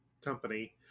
company